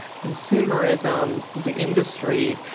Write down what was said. consumerism, the industry,